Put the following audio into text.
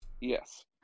Yes